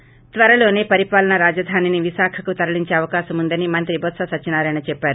ి త్వరలోనే పరిపాలన రాజధానిని విశాఖకు తరలించే అవకాశం ఉందని మంత్రి బొత్స సత్వనారాయణ చెప్పారు